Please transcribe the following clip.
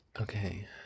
Okay